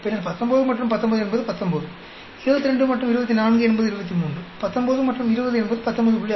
பின்னர் 19 மற்றும் 19 என்பது 19 22 மற்றும் 24 என்பது 23 19 மற்றும் 20 என்பது 19